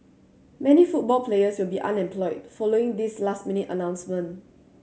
many football players will be unemployed following this last minute announcement